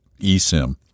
eSIM